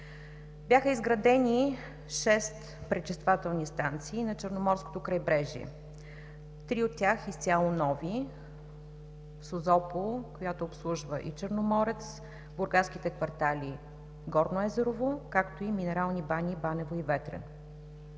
Бяха изградени шест пречиствателни станции на Черноморското крайбрежие. Три от тях са изцяло нови – Созопол, която обслужва и Черноморец, бургаските квартали „Горно Езерово“, както и минерални бани – Банево и Ветрен.